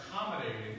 accommodating